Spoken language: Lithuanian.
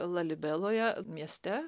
lalibeloje mieste